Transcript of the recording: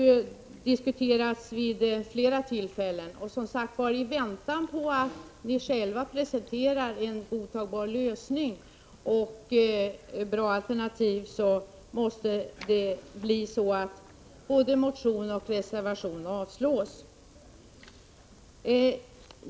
Detta har diskuterats vid flera tillfällen, och i väntan på att ni själva presenterar en godtagbar lösning måste som sagt både motionen och reservationen avslås.